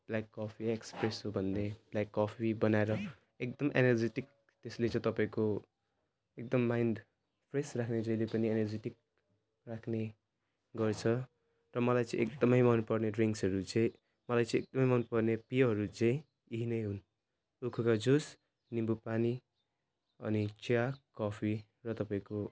light coffee र espresso भन्ने light coffee बनाएर एकदम एनर्जेटिक यसले चाहिँ तपाईँको एकदम माइन्ड फ्रेस राख्ने जहिले पनि एनर्जेटिक राख्ने गर्छ र मलाई चाहिँ एकदम मन पर्ने ड्रिङ्क्सहरू चाहिँ मलाई चाहिँ एकदम मन पर्ने पेयहरू चाहिँ यिनै हुन् उखुको जुस निम्बु पानी अनि चिया कफी र तपाईँको